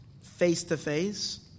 Face-to-face